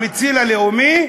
המציל הלאומי.